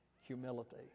Humility